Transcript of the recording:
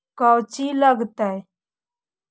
कौची लगतय?